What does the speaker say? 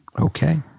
Okay